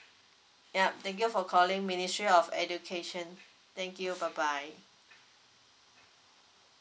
yup thank you for calling ministry of education thank you bye bye